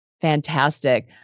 Fantastic